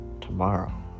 tomorrow